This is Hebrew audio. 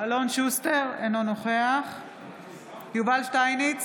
אלון שוסטר, אינו נוכח יובל שטייניץ,